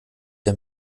der